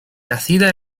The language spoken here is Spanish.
nacida